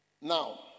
Now